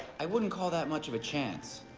i wouldn't call that much of a chance.